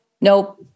nope